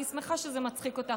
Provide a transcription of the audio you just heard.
אני שמחה שזה מצחיק אותך,